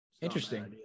Interesting